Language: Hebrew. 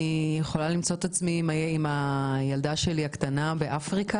אני יכולה למצוא את עצמי עם הילדה הקטנה שלי באפריקה,